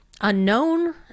unknown